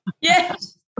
yes